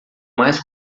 mais